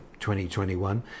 2021